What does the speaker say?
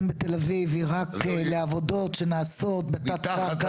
גם בתל-אביב היא רק לעבודות שנעשות בקו קרקע